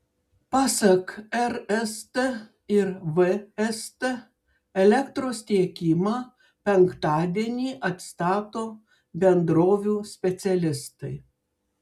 pasak rst ir vst elektros tiekimą penktadienį atstato bendrovių specialistai